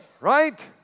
right